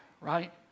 right